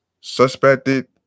suspected